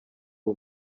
ubu